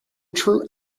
true